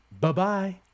Bye-bye